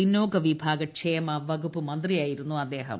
പിന്നോക്ക വിഭാഗ ക്ഷേമ വകുപ്പ് മന്ത്രിയായിരുന്നു അദ്ദേഹം